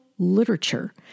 literature